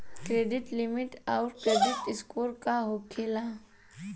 Credit limit आउर credit score का होखेला?